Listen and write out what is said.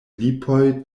lipoj